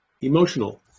emotional